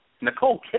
Nicole